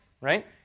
right